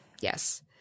Yes